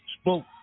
spoke